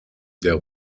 der